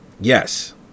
Yes